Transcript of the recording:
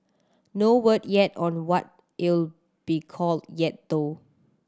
no word yet on what it'll be called yet though